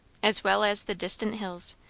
as well as the distant hills,